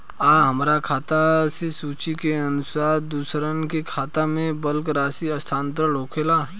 आ हमरा खाता से सूची के अनुसार दूसरन के खाता में बल्क राशि स्थानान्तर होखेला?